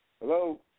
Hello